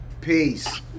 peace